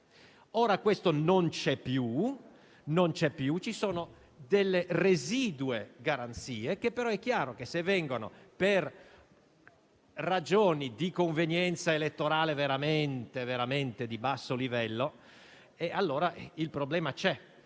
Ora questo non c'è più, ci sono delle residue garanzie, ma è chiaro che, se vengono messe in discussione per ragioni di convenienza elettorale veramente di basso livello, allora il problema c'è.